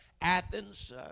Athens